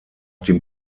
dem